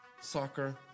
Soccer